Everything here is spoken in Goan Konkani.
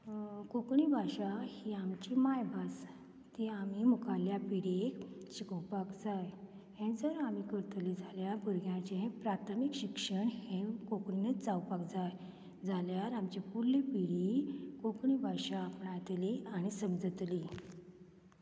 कोंकणी भाशा ही आमची मायभास ती आमी मुखाल्ल्या पिडीक शिकोवपाक जाय हे जर आमी करतली जाल्यार भुरग्यांचे हें प्राथमीक शिक्षण हें कोंकणीनूच जावपाक जाय जाल्यार आमची फुडलीं पिडी कोंकणी भाशा आपणायतली आनी समजतली